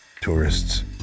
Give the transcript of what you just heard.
tourists